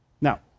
Now